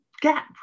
gap